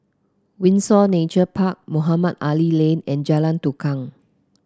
Windsor Nature Park Mohamed Ali Lane and Jalan Tukang